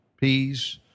peas